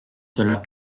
cela